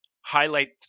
highlight